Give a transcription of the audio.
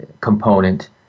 component